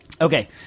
Okay